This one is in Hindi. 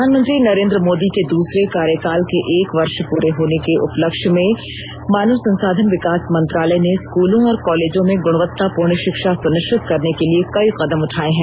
प्रधानमंत्री नरेन्द्र मोदी के दूसरे कार्यकाल के एक वर्ष पूरे होने उपलक्ष्य में मानव संसाधन विकास मंत्रालय ने स्कूलों और कॉलेजों में गुणवत्तापूर्ण शिक्षा सुनिश्चित करने के लिए कई कदम उठाये है